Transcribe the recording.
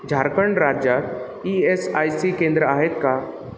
झारखंड राज्यात E S I C केंद्रं आहेत का